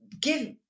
give